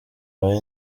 habaho